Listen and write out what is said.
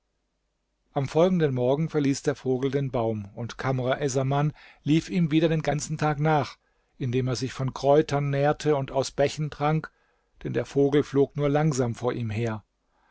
am folgenden morgen verließ der vogel den baum und kamr essaman lief ihm wieder den ganzen tag nach indem er sich von kräutern nährte und aus bächen trank denn der vogel flog nur langsam vor ihm her